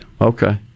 okay